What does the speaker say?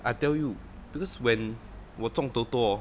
I tell you because when 我中 toto orh